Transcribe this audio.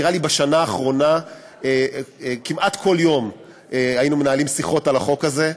אבל נראה לי שבשנה האחרונה כמעט כל יום היינו מנהלים שיחות על החוק הזה,